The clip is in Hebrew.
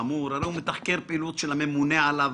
חמור כשהוא מתחקר פעילות של הממונה עליו,